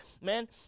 man